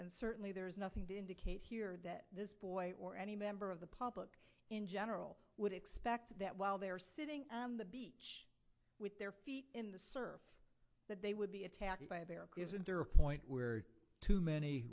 and certainly there is nothing to indicate here that this boy or any member of the public in general would expect that while they're sitting on the beach with their feet in the serve that they would be attacked by a bear isn't there a point where too many